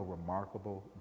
remarkable